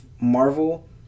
marvel